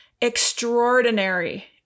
extraordinary